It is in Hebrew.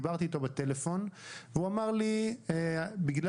דיברתי אתו בטלפון והוא אמר לי: בגלל